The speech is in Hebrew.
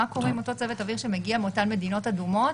מה קורה עם אותו צוות אוויר שמגיע מאותן מדינות אדומות,